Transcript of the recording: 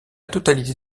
totalité